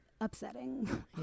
upsetting